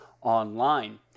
online